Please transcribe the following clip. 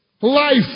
life